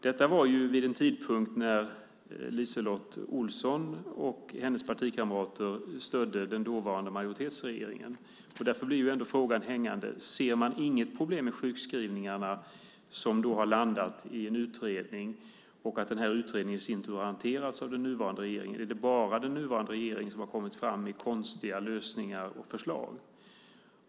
Detta var ju vid en tidpunkt då LiseLotte Olsson och hennes partikamrater stödde den dåvarande regeringen. Därför blir ju ändå frågan hängande: Ser man inget problem med sjukskrivningarna som har landat i en utredning som i sin tur har hanterats av den nuvarande regeringen? Är det bara den nuvarande regeringen som har kommit med konstiga lösningar och förslag?